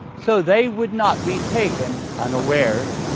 so they would not be taken unawares,